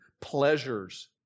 pleasures